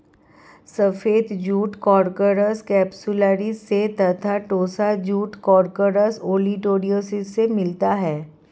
सफ़ेद jute Corchorus capsularis से तथा टोस्सा जूट कोर्कोरस ओलिटोरियस से मिलता है